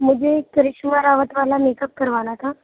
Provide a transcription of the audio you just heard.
مجھے کرشما راوت والا makeup کروانا تھا